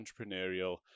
entrepreneurial